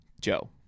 joe